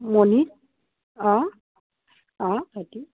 মণি অঁ অঁ থাকেই